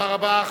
תודה רבה.